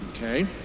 Okay